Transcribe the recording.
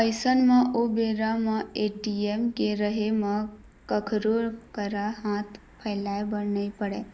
अइसन म ओ बेरा म ए.टी.एम के रहें म कखरो करा हाथ फइलाय बर नइ पड़य